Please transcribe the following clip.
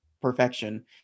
perfection